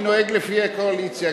אני נוהג לפי הקואליציה,